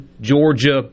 Georgia